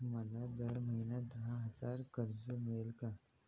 मला दर महिना दहा हजार कर्ज मिळेल का?